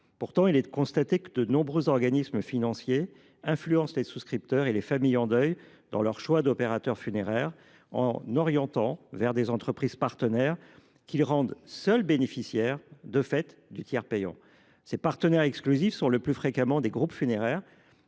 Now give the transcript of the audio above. Pourtant, il est constaté que de nombreux organismes financiers influencent les souscripteurs et les familles en deuil dans le choix de leur opérateur funéraire, en les orientant vers des entreprises partenaires, qu’ils rendent seules bénéficiaires, de fait, du tiers payant. Ces partenaires exclusifs sont le plus fréquemment des groupes funéraires.